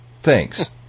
Thanks